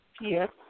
Yes